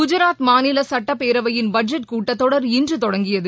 குஜராத் மாநில சுட்டப்பேரவையின் பட்ஜெட் கூட்டத்தொடர் இன்று தொடங்கியது